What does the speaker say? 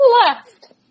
Left